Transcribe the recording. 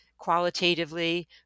qualitatively